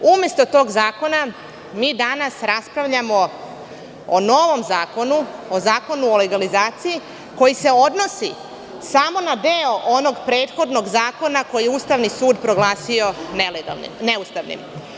Umesto tog zakona mi danas raspravljamo o novom zakonu, o zakonu o legalizaciji, koji se odnosi samo na deo onog prethodnog zakona koji je Ustavni sud proglasio neustavnim.